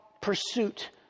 pursuit